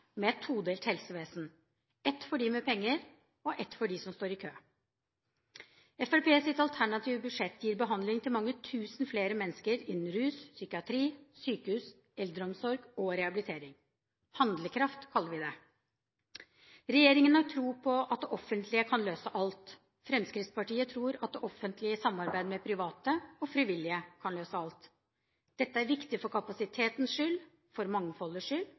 med et todelt helsevesen: ett for dem med penger og ett for dem som står i kø. Fremskrittspartiets alternative budsjett gir behandling til mange tusen flere mennesker innen rus, psykiatri, sykehus, eldreomsorg og rehabilitering. Handlekraft, kaller vi det. Regjeringen har tro på at det offentlige kan løse alt. Fremskrittspartiet tror at det offentlige i samarbeid med private og frivillige kan løse alt. Dette er viktig for kapasitetens skyld, for mangfoldets skyld